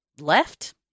left